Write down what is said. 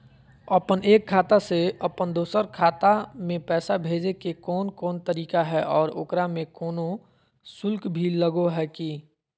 अपन एक खाता से अपन दोसर खाता में पैसा भेजे के कौन कौन तरीका है और ओकरा में कोनो शुक्ल भी लगो है की?